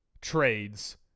trades